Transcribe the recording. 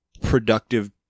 productive